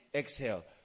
exhale